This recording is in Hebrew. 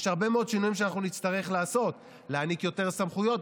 יש הרבה מאוד שינויים שאנחנו נצטרך לעשות: להעניק יותר סמכויות,